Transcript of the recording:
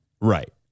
Right